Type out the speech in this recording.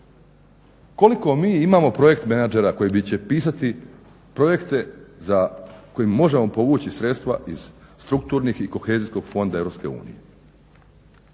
Koliko mi imamo projekt menadžera koji će pisati projekte za koje možemo povući sredstva iz strukturnih i Kohezijskog fonda